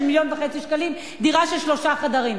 1.5 מיליון שקלים דירה של שלושה חדרים.